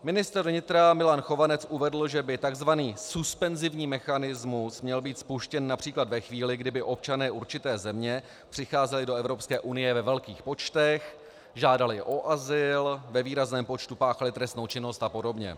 Ministr vnitra Milan Chovanec uvedl, že by takzvaný suspenzivní mechanismus měl být spuštěn například ve chvíli, kdy by občané určité země přicházeli do Evropské unie ve velkých počtech, žádali o azyl, ve výrazném počtu páchali trestnou činnost a podobně.